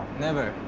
never.